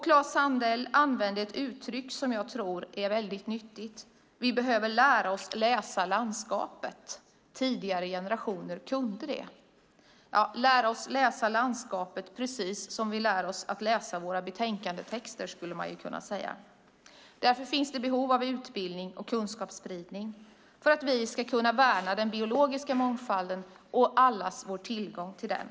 Klas Sandell sade något som jag tror är nyttigt att ha med sig: Vi behöver lära oss att läsa landskapet. Tidigare generationer kunde det. Vi behöver lära oss att läsa landskapet precis som vi lär oss läsa våra betänkandetexter, skulle man kunna säga. Därför finns det behov av utbildning och kunskapsspridning så att vi kan värna den biologiska mångfalden och allas vår tillgång till den.